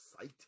sight